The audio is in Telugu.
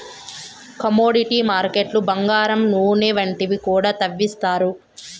కమోడిటీ మార్కెట్లు బంగారం నూనె వంటివి కూడా తవ్విత్తారు